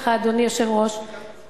אני אומרת לך, אדוני יושב-ראש הכנסת,